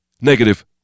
Negative